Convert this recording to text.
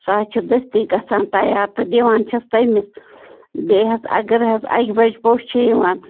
سُہ حظ چھُ دٔستی گژھان تیار تہٕ دِوان چھَس تٔمِس بیٚیہِ حظ اَگر حظ اَکہِ بَجہِ پوٚژھ چھِ یِوان